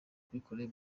kuyikorera